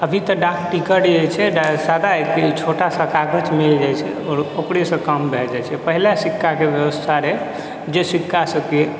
अभी तऽ डाक टिकट जे छै ने सादा एक छोटा सा कागज मिल जाइ छै आओर ओकरेसँ काम भऽ जाइ छै पहिले सिक्काके बेबस्था रहै जे सिक्कासँ की